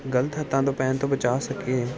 ਗਲਤ ਹੱਥਾਂ ਤੋਂ ਪੈਣ ਤੋਂ ਬਚਾ ਸਕੀਏ